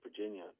Virginia